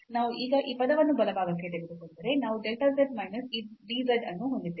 ನಾವು ಈಗ ಈ ಪದವನ್ನು ಬಲಭಾಗಕ್ಕೆ ತೆಗೆದುಕೊಂಡರೆ ನಾವು delta z ಮೈನಸ್ ಈ dz ಅನ್ನು ಹೊಂದಿದ್ದೇವೆ